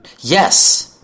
Yes